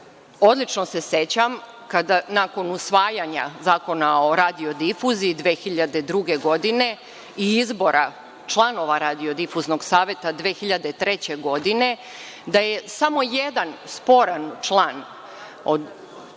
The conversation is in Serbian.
odlično se sećam kada nakon usvajanja Zakona o radiodifuziji 2002. godine i izbora članova Radiodifuznog saveta 2003. godine, da je samo jedan sporan član od